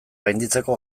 gainditzeko